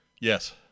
Yes